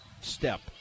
step